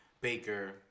Baker